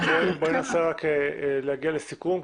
בואי ננסה להגיע לסיכום,